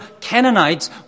Canaanites